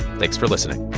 thanks for listening